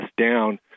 down